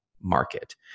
market